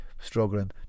struggling